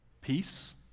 Peace